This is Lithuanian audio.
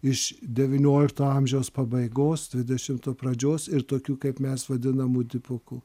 iš devyniolikto amžiaus pabaigos dvidešimto pradžios ir tokių kaip mes vadinamų dipukų